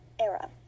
era